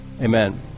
Amen